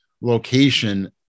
location